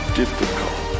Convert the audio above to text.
difficult